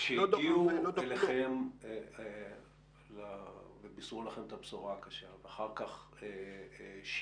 כשהגיעו אליכם ובישרו לכם את הבשורה הקשה ואחר כך השבעה,